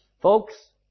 folks